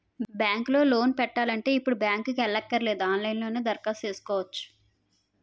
bank లో loan పెట్టాలంటే ఇప్పుడు బ్యాంకుకి ఎల్లక్కరనేదు ఆన్ లైన్ లో దరఖాస్తు సేసుకోవచ్చును